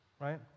right